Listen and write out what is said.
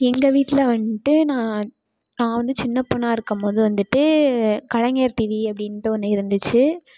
எங்கள் வீட்டில் வந்துட்டு நான் நான் வந்து சின்னப் பெண்ணா இருக்கும் போது வந்துட்டு கலைஞர் டிவி அப்படின்ட்டு ஒன்று இருந்துச்சு